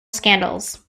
scandals